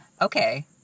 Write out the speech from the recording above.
Okay